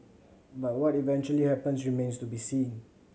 but what eventually happens remains to be seen